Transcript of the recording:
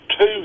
two